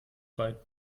bei